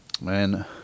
Man